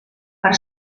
per